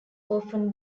often